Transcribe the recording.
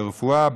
ברפואה,